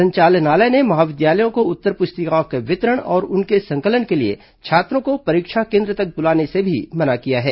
संचालनालय ने महाविद्यालयों को उत्तर पुस्तिकाओं के वितरण और उनके संकलन के लिए छात्रों को परीक्षा केन्द्र तक बुलाने से भी मना किया है